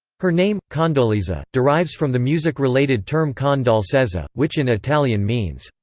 her name, condoleezza, derives from the music-related term con dolcezza, which in italian means,